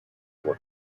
were